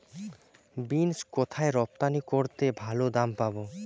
Beans কোথায় রপ্তানি করলে ভালো দাম পাব?